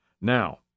Now